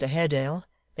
that mr haredale,